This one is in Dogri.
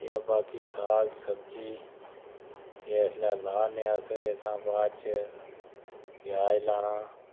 एह् ऐ बाकी साग सब्जी इसलै ला ने अस इसदै हे बाद बिच्च प्याज लाना